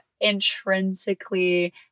intrinsically